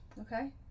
Okay